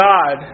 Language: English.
God